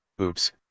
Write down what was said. Oops